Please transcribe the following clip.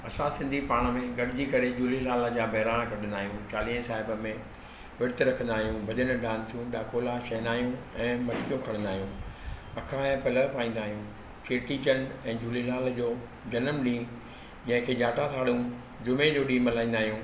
असां सिंधी पाण में गॾिजी करे झूलेलाल जा बहिराणा कढंदा आहियूं चालीहे साहिब में विर्त रखंदा आहियूं भजन डांसू ॾाकोला शहनाइयूं ऐं मटको खणंदा आहियूं अखा ऐं पलव पाईंदा आहियूं चेटी चंड ऐं झूलेलाल जो जनम ॾींहुं जेके जाता खण माण्हू जुमे जो ॾींहुं मनाईंदा आहियूं